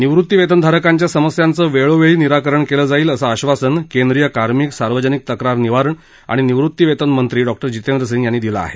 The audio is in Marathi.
निवृतीवेतनधारकांच्या समस्यांचं वेळोवेळी निराकरण केलं जाईल असं आश्वासन केंद्रीय कार्मिक सार्वजनिक तक्रार निवारण आणि निवृतीवेतन मंत्री डॉक्टर जितेंद्र सिंग यांनी दिलं आहे